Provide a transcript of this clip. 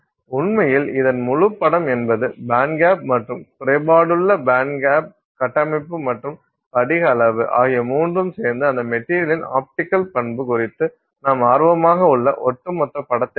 உண்மையில் இதன் முழுப்படம் என்பது பேண்ட்கேப் மற்றும் குறைபாடுள்ள கட்டமைப்பு மற்றும் படிக அளவு ஆகிய மூன்றும் சேர்ந்து அந்த மெட்டீரியலின் ஆப்டிக்கல் பண்பு குறித்து நாம் ஆர்வமாக உள்ள ஒட்டுமொத்த படத்தை தரும்